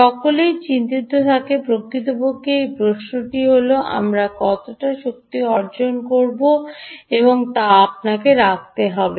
সকলেই চিন্তিত থাকে প্রকৃতপক্ষে এই প্রশ্নটি হল আমরা কতটা শক্তি অর্জন করব তা আপনাকে রাখতে হবে